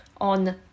on